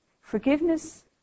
forgiveness